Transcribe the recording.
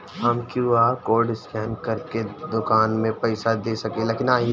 हम QR code scan करके दुकान में पईसा दे सकेला की नाहीं?